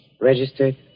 Registered